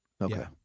okay